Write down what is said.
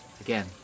Again